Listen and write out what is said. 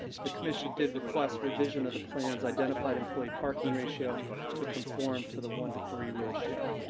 the commission did request revision of the plan's identified employee parking ratio to conform to the one to three ratio.